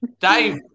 Dave